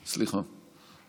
סליחה.